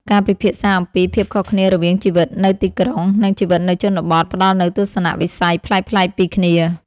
ការពិភាក្សាអំពីភាពខុសគ្នារវាងជីវិតនៅទីក្រុង និងជីវិតនៅជនបទ ផ្ដល់នូវទស្សនវិស័យប្លែកៗពីគ្នា។